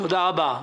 תודה רבה.